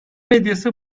medyası